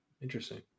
Interesting